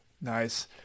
Nice